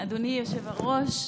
אדוני היושב-ראש,